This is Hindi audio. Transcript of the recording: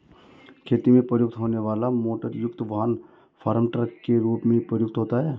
खेती में प्रयुक्त होने वाला मोटरयुक्त वाहन फार्म ट्रक के रूप में प्रयुक्त होता है